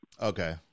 Okay